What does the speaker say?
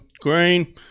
Green